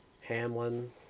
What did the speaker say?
Hamlin